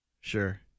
Sure